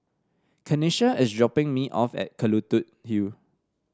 Kenisha is dropping me off at Kelulut Hill